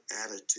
attitude